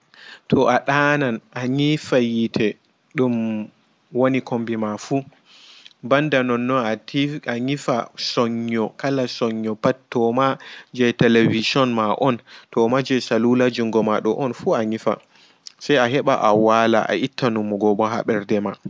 To a ɗanan a nyifa yiite ɗum woni komɓi ma fu ɓanɗa nonno a nyifa kala sonyo kala sonyo pat toma jei television ma on jei salula jungo ɗo on fu a nyifa se a heɓa a wala a itta numugo ɓo ha ɓer'nɗe ma.